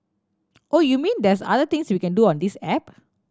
oh you mean there's other things we can do on this app